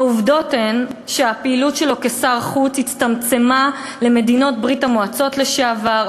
העובדות הן שהפעילות שלו כשר החוץ הצטמצמה למדינות ברית-המועצות לשעבר,